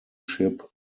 ship